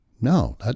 No